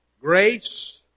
Grace